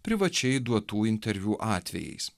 privačiai duotų interviu atvejais